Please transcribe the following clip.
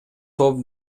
топ